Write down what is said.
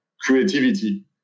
creativity